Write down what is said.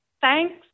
Thanks